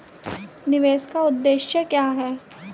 निवेश का उद्देश्य क्या है?